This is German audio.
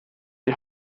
die